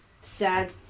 sad